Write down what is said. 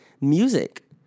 music